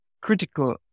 critical